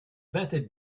method